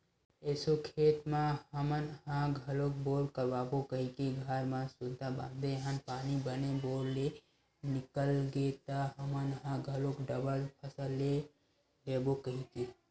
एसो खेत म हमन ह घलोक बोर करवाबो कहिके घर म सुनता बांधे हन पानी बने बोर ले निकल गे त हमन ह घलोक डबल फसल ले लेबो कहिके